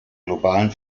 globalen